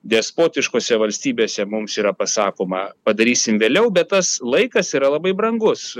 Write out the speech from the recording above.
despotiškose valstybėse mums yra pasakoma padarysim vėliau bet tas laikas tai yra labai brangus